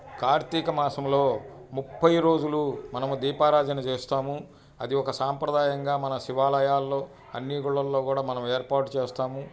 కార్తీక మాసంలో ముప్పై రోజులు మనము దీపారాజన చేస్తాము అది ఒక సాంప్రదాయంగా మన శివాలయాల్లో అన్ని గుళ్ళల్లో కూడా మనం ఏర్పాటు చేస్తాము